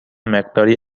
مقداری